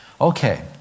Okay